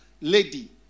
lady